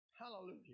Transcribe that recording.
Hallelujah